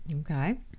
Okay